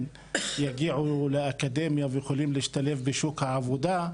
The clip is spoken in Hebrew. יגיעו לאקדמיה ויכולים להשתלב בשוק העבודה,